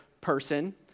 person